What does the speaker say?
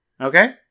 Okay